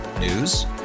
News